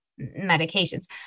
medications